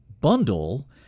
bundle